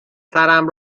سرم